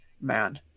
Man